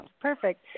Perfect